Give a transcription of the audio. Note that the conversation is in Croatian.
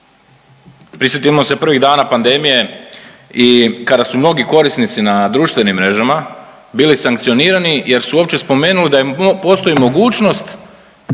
Prisjetimo se prvih dana pandemije i kada su mnogi korisnici na društvenim mrežama bili sankcionirani jer su uopće spomenuli da postoji mogućnost